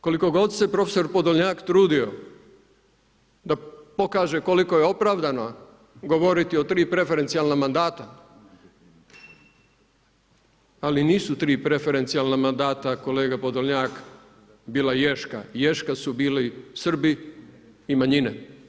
Koliko god se profesor Podolonjak trudio, da kaže koliko je opravdano govoriti o 3 preferencijalna mandata, ali nisu 3 preferencijalna mandata kolega Podolnjak bila ješka, ješka su bili Srbi i manjine.